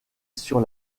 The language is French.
sur